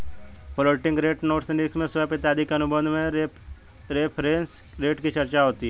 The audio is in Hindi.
floating rate notes ring swap इत्यादि के अनुबंध में रेफरेंस रेट की चर्चा होती है